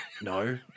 No